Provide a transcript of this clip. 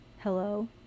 hello